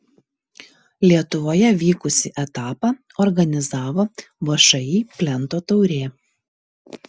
lietuvoje vykusį etapą organizavo všį plento taurė